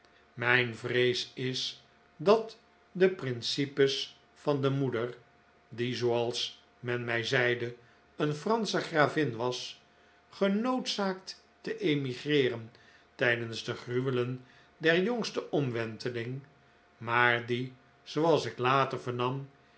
mijn vrees is dat de principes van de moeder die zooals men mij zeide een fransche gravin was genoodzaakt te emigreeren tijdens de gruwelen der jongste omwenteling maar die zooals ik later vernam